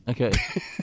Okay